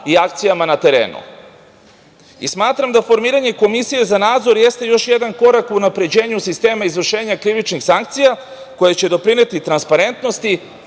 i akcijama na terenu. Smatram da formiranje Komisije za nadzor jeste još jedan korak u unapređenju sistema izvršenja krivičnih sankcija, koje će doprineti transparentnosti,